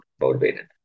motivated